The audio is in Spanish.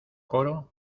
coro